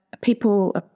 people –